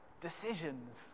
decisions